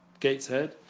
Gateshead